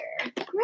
Great